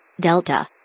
Delta